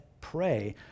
pray